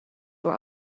were